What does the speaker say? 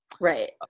right